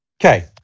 okay